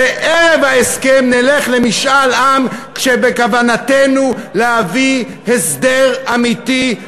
וערב ההסכם נלך למשאל עם כשבכוונתנו להביא הסדר אמיתי,